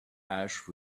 ash